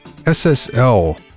SSL